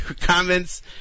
comments